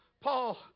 Paul